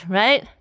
right